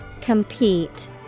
Compete